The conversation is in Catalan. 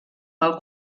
mal